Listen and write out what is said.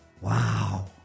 wow